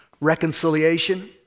reconciliation